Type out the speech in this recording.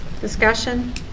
Discussion